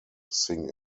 sing